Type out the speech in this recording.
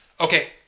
okay